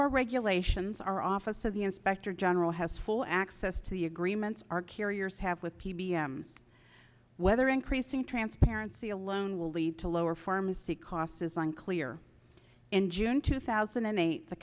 our regulations our office of the inspector general has full access to the agreements our carriers have with p b m whether increasing transparency alone will lead to lower pharmacy costs is unclear in june two thousand and eight the